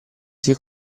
sia